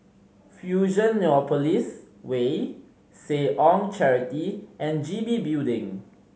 Fusionopolis Way Seh Ong Charity and G B Building